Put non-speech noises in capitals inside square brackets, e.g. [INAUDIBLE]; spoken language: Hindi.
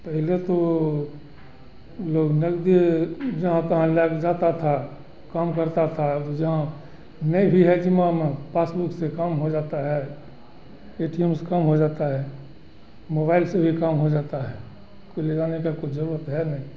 पहले तो लोग नगदी जहाँ तहाँ लेके जाता था काम करता था जहाँ नहीं भी है जी [UNINTELLIGIBLE] पासबुक से काम हो जाता है ए टी एम से कम हो जाता है मोबाइल से भी काम हो जाता है कुछ ले जाने का कुछ जरूरत है नहीं